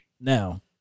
Now